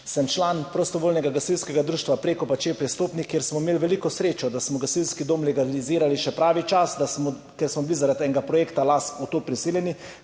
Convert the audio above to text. Sem član Prostovoljnega gasilskega društva Prekopa-Čeplje-Stopnik, kjer smo imeli veliko srečo, da smo gasilski dom legalizirali še pravi čas, ker smo bili zaradi enega projekta v to prisiljeni,